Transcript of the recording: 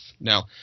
Now